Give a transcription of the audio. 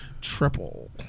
Triple